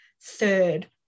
third